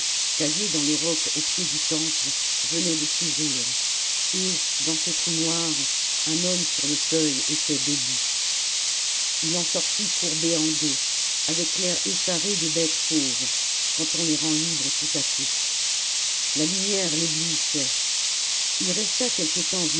taillé dans le roc au pied du temple venait de s'ouvrir et dans ce trou noir un homme sur le seuil était debout ii en sortit courbé en deux avec l'air efiaré des bêtes fauves quand on les rend libres tout à coup la lumière l'éblouissait il resta quelque temps